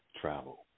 Travel